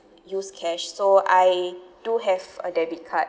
use cash so I do have a debit card